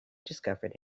discovered